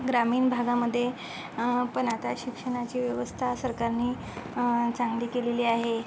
ग्रामीण भागामध्ये पण आता शिक्षणाची व्यवस्था सरकारनी चांगली केलेली आहे